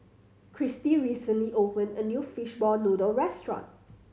Kristi recently open a new fishball noodle restaurant